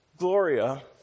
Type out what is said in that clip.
Gloria